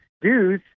dues